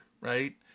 right